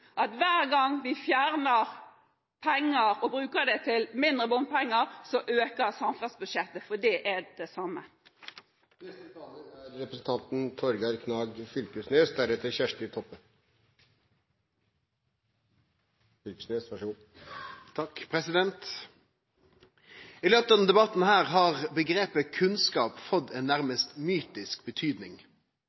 at hver gang vi fjerner penger og bruker mindre bompenger, øker samferdselsbudsjettet – for det er det samme. I løpet av denne debatten har omgrepet «kunnskap» fått ei nærmast mytisk betydning